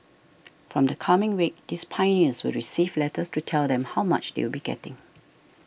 from the coming week these Pioneers will receive letters to tell them how much they will be getting